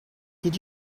did